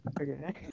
Okay